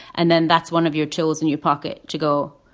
and then that's one of your tools in your pocket to go,